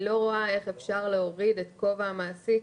אני לא רואה איך אפשר להוריד את כובע המעסיק,